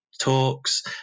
talks